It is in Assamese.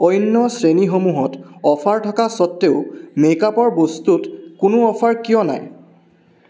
অন্য শ্ৰেণীসমূহত অফাৰ থকা স্বত্তেও মেকআপৰ বস্তুত কোনো অফাৰ কিয় নাই